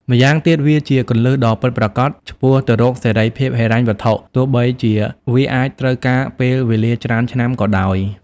ម្យ៉ាងទៀត វាជាគន្លឹះដ៏ពិតប្រាកដឆ្ពោះទៅរកសេរីភាពហិរញ្ញវត្ថុ ទោះបីជាវាអាចត្រូវការពេលវេលាច្រើនឆ្នាំក៏ដោយ។